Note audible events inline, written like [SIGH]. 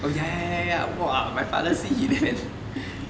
oh ya ya ya ya ya !wah! my father see he damn [LAUGHS]